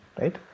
right